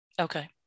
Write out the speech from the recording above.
okay